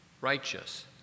righteous